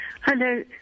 Hello